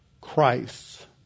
Christ